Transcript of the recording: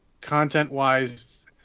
Content-wise